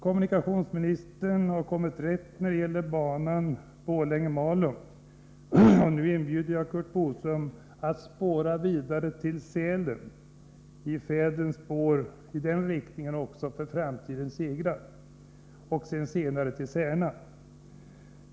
Kommunikationsministern har kommit rätt när det gäller banan Borlänge-Malung. Nu inbjuder jag Curt Boström att spåra vidare till Sälen, att också i den riktningen gå i fäådrens spår för framtidens segrar, för att senare fortsätta till Särna.